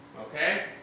Okay